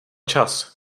čas